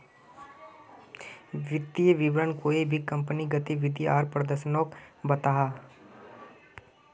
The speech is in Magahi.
वित्तिय विवरण कोए भी कंपनीर गतिविधि आर प्रदर्शनोक को बताहा